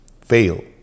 fail